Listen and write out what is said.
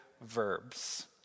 verbs